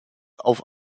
auf